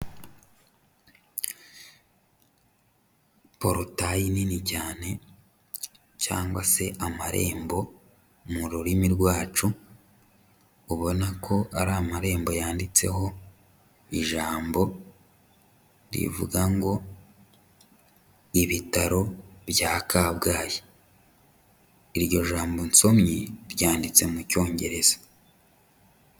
Porotayi nini cyane cyangwa se amarembo mu rurimi rwacu, ubona ko ari amarembo yanditseho ijambo rivuga ngo:"Ibitaro bya Kabgayi." Iryo jambo nsomye ryanditse mu Cyongereza.